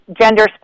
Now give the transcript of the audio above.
gender